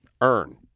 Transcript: Earn